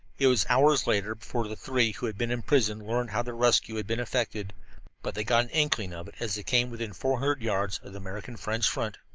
it was hours later before the three who had been imprisoned learned how their rescue had been effected but they got an inkling of it as they came within four hundred yards of the american-french front.